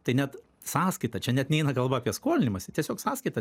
tai net sąskaita čia net neina kalba apie skolinimąsi tiesiog sąskaitą